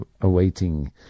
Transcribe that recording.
awaiting